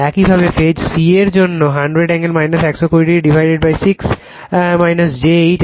একইভাবে phase c এর জন্য 100 এ্যঙ্গেল 120 ডিভাইডেড 6 j 8